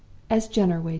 as jenner waited.